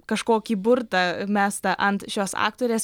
kažkokį burtą mestą ant šios aktorės